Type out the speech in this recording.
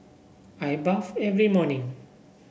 I bathe every morning